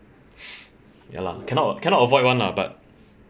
ya lah cannot cannot avoid [one] lah but